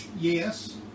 yes